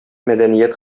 мәдәният